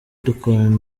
dukorana